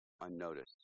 unnoticed